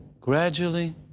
gradually